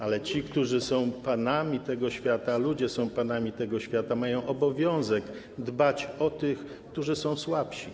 Ale ci, którzy są panami tego świata - ludzie są panami tego świata - mają obowiązek dbać o tych, którzy są słabsi.